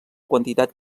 quantitat